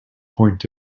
point